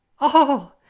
Oh